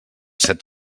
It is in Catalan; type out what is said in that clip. set